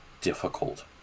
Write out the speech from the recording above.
difficult